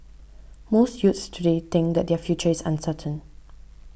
most youths today think that their future is uncertain